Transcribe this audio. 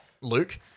Luke